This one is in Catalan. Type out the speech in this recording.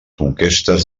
conquestes